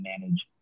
manage